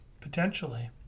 Potentially